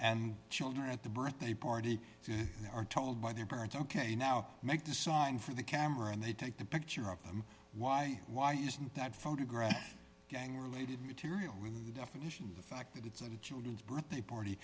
and children at the birthday party they are told by their parents ok now make the sign for the camera and they take the picture of them why why isn't that photograph gang related material in the definition the fact that it's in the children's birthday party